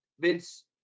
Vince